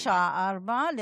בשעה 16:00,